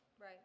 Right